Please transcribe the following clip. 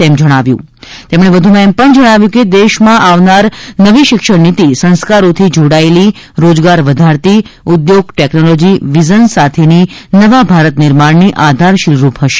તેમણે વધુમાં જણાવ્યું હતું કે દેશમાં આવનાર નવી શિક્ષણ નીતિ સંસ્કારોથી જોડાયેલી રોજગાર વધારતી ઉદ્યોગ ટેકનોલોજી વિઝન સાથેની નવા ભારત નિર્માણની આધારશીલ રૂપ હશે